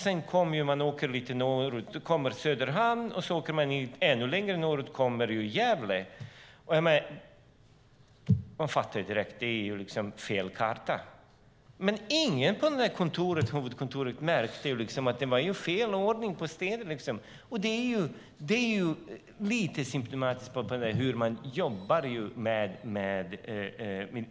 Åkte man lite norrut kom Söderhamn, och åkte man ännu längre norrut kom Gävle. Man förstod direkt att det var fel på kartan. Men ingen på huvudkontoret märkte att det var fel ordning på städerna. Det är lite symtomatiskt för hur de jobbar.